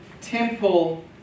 temple